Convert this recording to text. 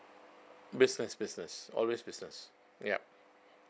business business always business yup